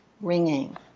ringing